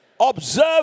Observe